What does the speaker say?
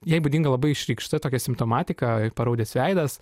jai būdinga labai išreikšta tokia simptomatika paraudęs veidas